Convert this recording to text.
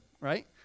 right